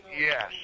Yes